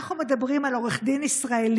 אנחנו מדברים על עורך דין ישראלי,